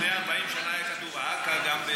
לפני 40 שנה היה כתוב "עכא" גם,